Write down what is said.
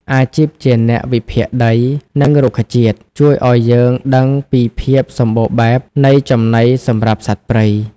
អាជីពជាអ្នកវិភាគដី និងរុក្ខជាតិ ជួយឱ្យយើងដឹងពីភាពសម្បូរបែបនៃចំណីសម្រាប់សត្វព្រៃ។